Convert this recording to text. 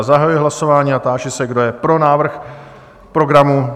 Zahajuji hlasování a táži se, kdo je pro návrh programu?